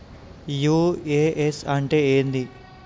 UAN అంటే ఏంది?